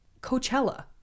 Coachella